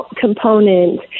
component